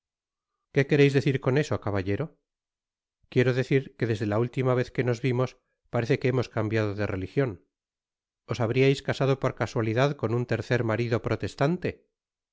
qué quereis decir con eso caballero quiero decir que desde la última vez que nos vimos parece que hemos cambiado de relijion os habriais casado por casualidad con un tercer marido protestante